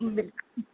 બિલકુલ હા